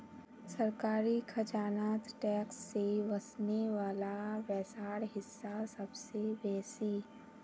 सरकारी खजानात टैक्स से वस्ने वला पैसार हिस्सा सबसे बेसि